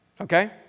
Okay